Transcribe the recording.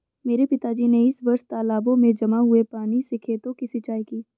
मेरे पिताजी ने इस वर्ष तालाबों में जमा हुए पानी से खेतों की सिंचाई की